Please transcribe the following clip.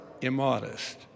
immodest